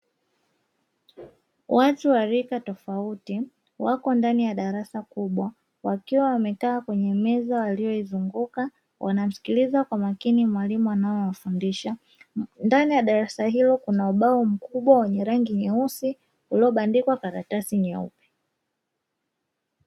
Watu wa rika tofauti wapo ndani ya darasa kubwa, wakiwa wamekaa kwenye meza waliyoizunguka wanamsikiliza kwa makini mwalimu anaowafundisha. Ndani ya darasa hilo kuna ubao mkubwa wenye rangi nyeusi uliobandikwa karatasi nyeupe.